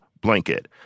blanket